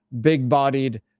big-bodied